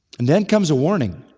and then comes a warning.